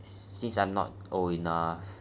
since I am not old enough